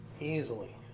Easily